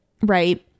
right